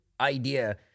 idea